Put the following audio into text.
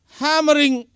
hammering